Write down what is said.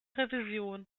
revision